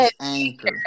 anchor